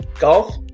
golf